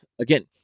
again